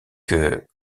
que